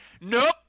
nope